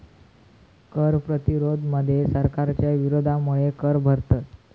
कर प्रतिरोध मध्ये सरकारच्या विरोधामुळे कर भरतत